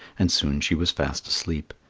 and soon she was fast asleep.